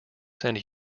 send